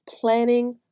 Planning